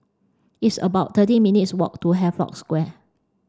it's about thirty minutes walk to Havelock Square